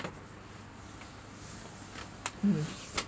hmm